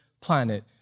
planet